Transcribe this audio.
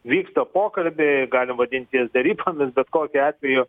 vyksta pokalbiai galim vadint juos derybomis bet kokiu atveju